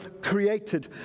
created